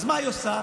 אז מה היא עושה?